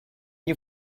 you